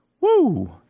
Woo